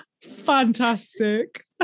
Fantastic